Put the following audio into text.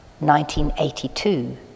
1982